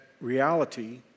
reality